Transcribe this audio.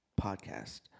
podcast